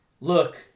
look